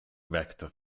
vector